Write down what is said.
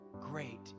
Great